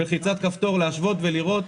בלחיצת כפתור להשוות ולראות.